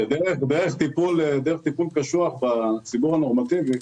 המדינה חושבת שדרך טיפול קשוח בציבור הנורמטיבי.